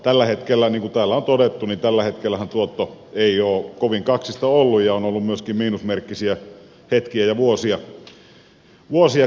tällä hetkellähän niin kuin täällä on todettu tuotto ei ole kovin kaksista ollut ja on ollut myöskin miinusmerkkisiä hetkiä ja vuosia